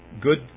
good